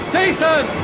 Jason